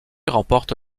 remporte